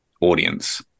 audience